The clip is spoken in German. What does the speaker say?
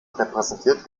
repräsentiert